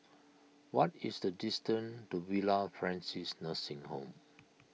what is the distance to Villa Francis Nursing Home